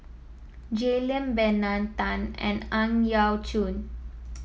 Jay Lim Bernard Tan and Ang Yau Choon